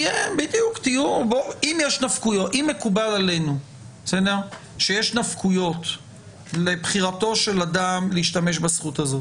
אם מקובל עלינו שיש נפקויות לבחירתו של אדם להשתמש בזכות הזאת